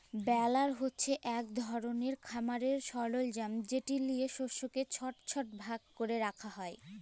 বেলার হছে ইক ধরলের খামারের সরলজাম যেট লিঁয়ে শস্যকে ছট ছট ভাগ ক্যরে রাখা হ্যয়